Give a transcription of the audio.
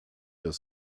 das